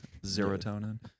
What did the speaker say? Serotonin